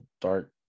dark